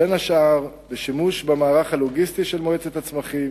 בין השאר בשימוש במערך הלוגיסטי של מועצת הצמחים,